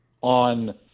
on